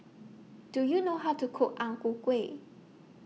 Do YOU know How to Cook Ang Ku Kueh